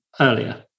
earlier